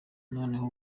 noneho